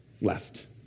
left